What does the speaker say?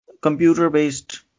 computer-based